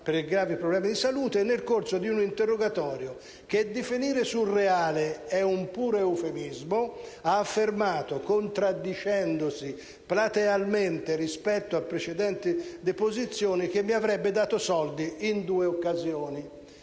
per gravi problemi di salute e, nel corso di un interrogatorio che definire surreale è un puro eufemismo, ha affermato, contraddicendosi platealmente rispetto a precedenti deposizioni, che mi avrebbe dato soldi in due occasioni.